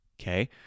Okay